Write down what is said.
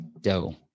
dough